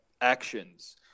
actions